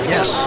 Yes